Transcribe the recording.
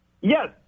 Yes